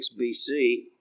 BC